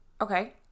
okay